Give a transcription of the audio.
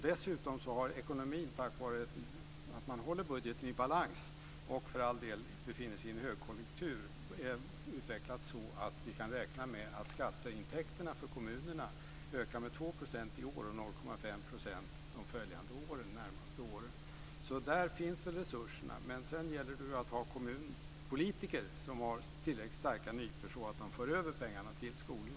Dessutom har ekonomin, tack vare att man håller budgeten i balans - och för all del också beroende på att vi befinner oss i en högkonjunktur - utvecklats så att vi kan räkna med att skatteintäkterna för kommunerna ökar med 2 % i år och med 0,5 % under de närmast följande åren. Där finns det väl resurser men sedan gäller det att ha kommunpolitiker med tillräckligt starka nypor så att pengarna förs över till skolorna.